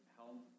help